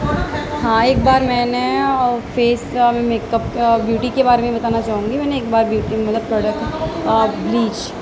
ہاں ایک بار میں نے فیس کا میک اپ کا بیوٹی کے بارے میں بتانا چاہوں گی میں نے ایک بار بیوٹی مطلب پروڈکٹ بلیچ